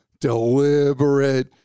deliberate